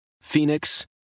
phoenix